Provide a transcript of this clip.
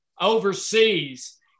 overseas